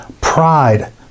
pride